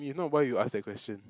if not why you ask that question